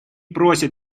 просит